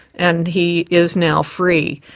and he is now free.